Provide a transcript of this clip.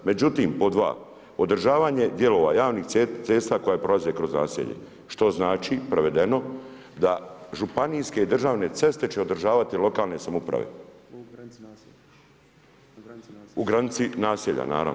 Međutim, pod dva, održavanje dijelova javnih cesta, koja prolaze kroz naselje, što znači prevedeno, da županijske, državne ceste će održavati lokalne samouprave, u granici naselja, naravno.